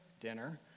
dinner